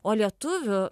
o lietuvių